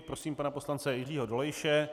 Prosím pana poslance Jiřího Dolejše.